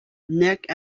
neck